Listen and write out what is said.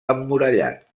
emmurallat